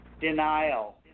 Denial